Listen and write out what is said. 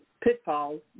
pitfalls